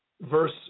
verse